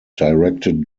directed